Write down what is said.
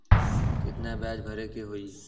कितना ब्याज भरे के होई?